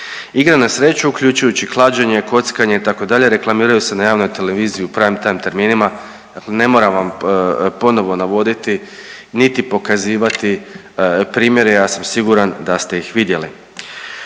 Igre na sreću uključujući klađenje, kockanje itd. reklamiraju se na javnoj televiziji u prime time terminima. Ne moram vam ponovo navoditi niti pokazivati primjer. Ja sam siguran da ste ih vidjeli.